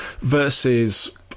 versus